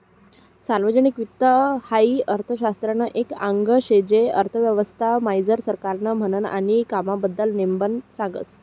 सार्वजनिक वित्त हाई अर्थशास्त्रनं एक आंग शे जे अर्थव्यवस्था मझारलं सरकारनं म्हननं आणि कामबद्दल नेमबन सांगस